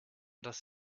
das